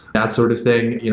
that sort of thing. you know